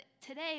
today